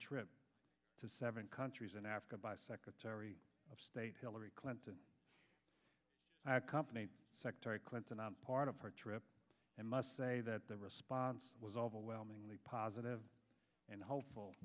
s to seven countries in africa by secretary of state hillary clinton i accompanied secretary clinton on part of her trip and must say that the response was overwhelmingly positive and helpful